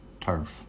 turf